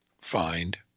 find